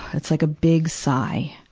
it's like a big sigh.